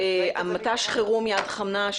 מט"ש החירום יד חנה,